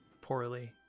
poorly